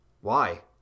Why